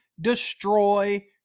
destroy